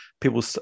People